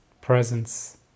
presence